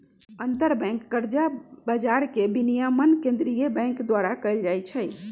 अंतरबैंक कर्जा बजार के विनियमन केंद्रीय बैंक द्वारा कएल जाइ छइ